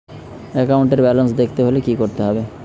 একাউন্টের ব্যালান্স দেখতে হলে কি করতে হবে?